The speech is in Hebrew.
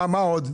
מה עוד?